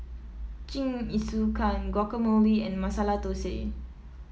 Jingisukan Guacamole and Masala Dosa